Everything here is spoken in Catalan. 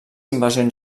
invasions